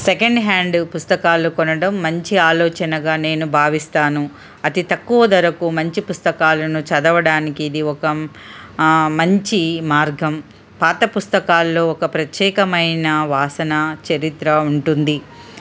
second hand పుస్తకాలు కొనడం మంచి ఆలోచనగా నేను భావిస్తాను అతి తక్కువ ధరకు మంచి పుస్తకాలను చదవడానికి ఇది ఒక మంచి మార్గం పాత పుస్తకాల్లో ఒక ప్రత్యేకమైన వాసన చరిత్ర ఉంటుంది